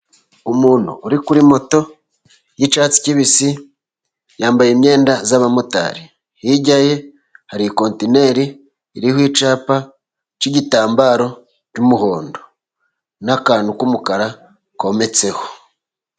Umuntu uri kuri moto y'icyatsi kibisi yambaye imyenda y'abamotari, hirya ye hari kontineri iriho icyapa cy'igitambaro cy'umuhondo, n'akantu k'umukara kometseho.